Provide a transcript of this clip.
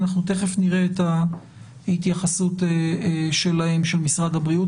אנחנו תיכף נראה את ההתייחסות של משרד הבריאות,